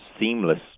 seamless